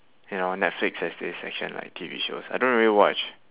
ya on netflix there's this section like T_V shows I don't really watch